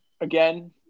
again